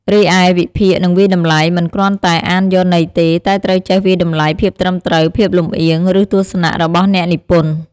រីឯ វិភាគ និងវាយតម្លៃ មិនគ្រាន់តែអានយកន័យទេ តែត្រូវចេះវាយតម្លៃភាពត្រឹមត្រូវ ភាពលំអៀង ឬទស្សនៈរបស់អ្នកនិពន្ធ។